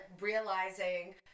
realizing